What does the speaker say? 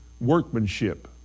workmanship